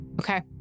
Okay